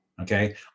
okay